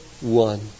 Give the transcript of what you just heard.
one